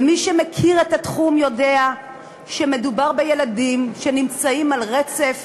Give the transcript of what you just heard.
ומי שמכיר את התחום יודע שמדובר בילדים שנמצאים על רצף